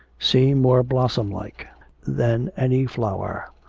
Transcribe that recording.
seem more blossom like than any flower.